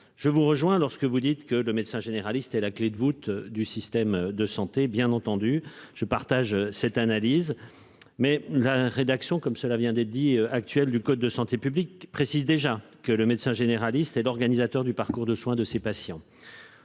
Je vous rejoins lorsque vous dites que le médecin généraliste est la clé de voûte du système de santé bien entendu, je partage cette analyse. Mais la rédaction comme cela vient d'être dit actuel du code de santé publique précise déjà que le médecin généraliste et d'organisateur du parcours de soins de ses patients.